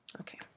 Okay